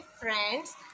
friends